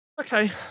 Okay